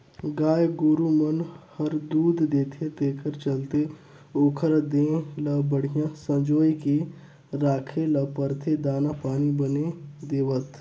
गाय गोरु मन हर दूद देथे तेखर चलते ओखर देह ल बड़िहा संजोए के राखे ल परथे दाना पानी बने देवत